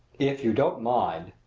if you don't mind,